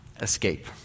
escape